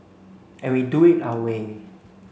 and we do it our way